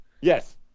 Yes